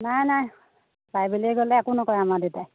নাই নাই পাই বুলিয়েই গ'লে একো নকৰে আমাৰ দেউতাই